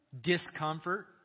discomfort